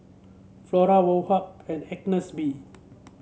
Flora Woh Hup and Agnes B